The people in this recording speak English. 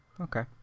Okay